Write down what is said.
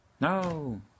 No